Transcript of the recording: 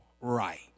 right